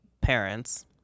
parents